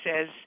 says